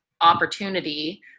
opportunity